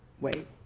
Wait